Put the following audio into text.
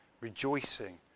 rejoicing